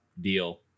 deal